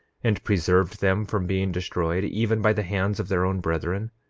and preserved them from being destroyed, even by the hands of their own brethren?